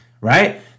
right